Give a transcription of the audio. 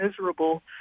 miserable